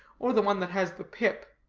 or the one that has the pip.